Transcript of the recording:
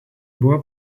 buvo